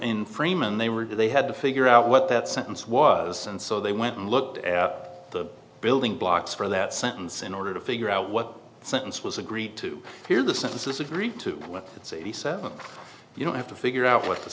in frame and they were they had to figure out what that sentence was and so they went and looked at the building blocks for that sentence in order to figure out what the sentence was agreed to hear the sentences agreed to it's eighty seven you don't have to figure out what the